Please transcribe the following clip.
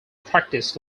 practiced